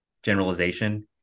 generalization